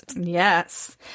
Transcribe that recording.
Yes